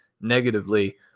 negatively